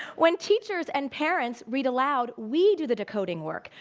when teachers and parents read aloud, we do the decoding work.